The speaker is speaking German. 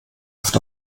oft